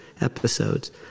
episodes